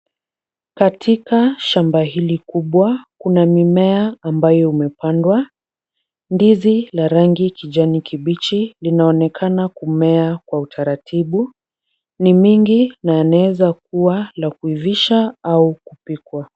Katika shamba hili kubwa kuna mimea ambayo imepandwa. Ndizi la rangi kijani kibichi linaonekana kumea kwa utaratibu. Ni mingi na yanaweza kuwa ya kuivishwa au kupikwa.